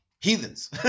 heathens